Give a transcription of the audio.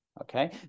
okay